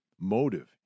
motive